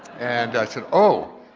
and i said, oh,